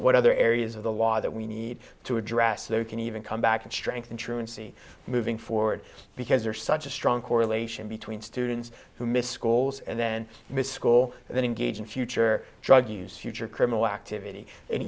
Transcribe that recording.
what other areas of the law that we need to address that we can even come back and strengthen truancy moving forward because there's such a strong correlation between students who missed schools and then miss school and then engage in future drug use future criminal activity and